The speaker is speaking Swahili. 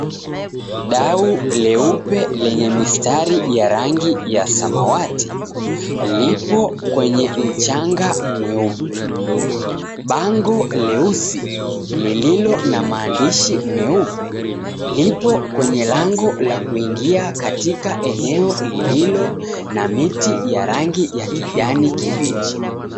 Dau leupe lenye mistari ya rangi ya samawati lipo kwenye mchanga mweupe, bango jeusi lililo na maandishi meupe lipo kwenye lango la kuingia katika eneo lililo na miti ya rangi ya kijani kibichi.